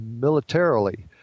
militarily